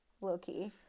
low-key